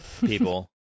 people